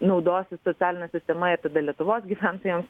naudosis socialine sistema ir tada lietuvos gyventojams